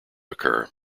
occur